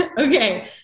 okay